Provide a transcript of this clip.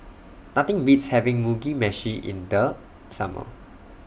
Nothing Beats having Mugi Meshi in The Summer